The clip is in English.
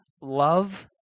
love